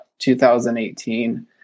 2018